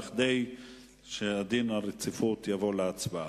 כדי שדין הרציפות יבוא להצבעה.